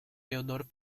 leonor